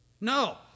No